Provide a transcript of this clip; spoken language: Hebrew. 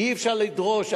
אי-אפשר לדרוש.